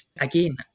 again